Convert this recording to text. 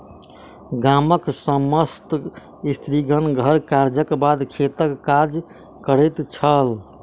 गामक समस्त स्त्रीगण घर कार्यक बाद खेतक काज करैत छल